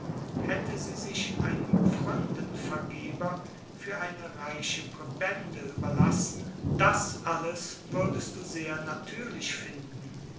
hätte sie sich einem pfründenvergeber für eine reiche präbende überlassen das alles würdest du sehr natürlich finden